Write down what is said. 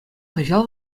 кӑҫал